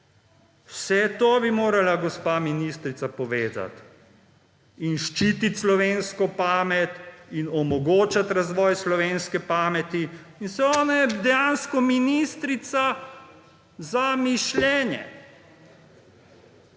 Vse to bi morala gospa ministrica povezati in ščititi slovensko pamet in omogočat razvoj slovenske pameti. Saj ona je dejansko ministrica za mišljenje.